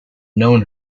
known